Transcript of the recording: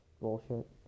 bullshit